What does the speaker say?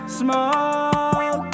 smoke